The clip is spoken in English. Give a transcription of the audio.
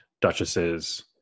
duchesses